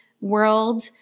world